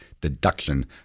deduction